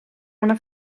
una